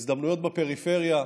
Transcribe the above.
הזדמנויות בפריפריה,